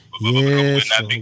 Yes